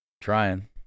Trying